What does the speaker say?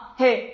hey